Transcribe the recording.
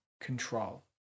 control